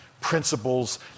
principles